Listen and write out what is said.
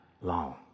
long